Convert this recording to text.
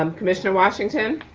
um commissioner washington.